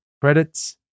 credits